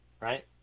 right